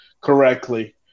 correctly